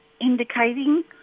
indicating